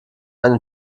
eine